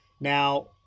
Now